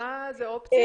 הבעיה היא בעיה רוחבית,